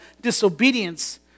disobedience